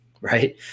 Right